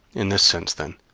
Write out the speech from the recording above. in this sense, then,